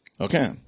Okay